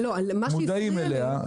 מודעים אליה,